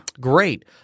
Great